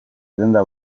denda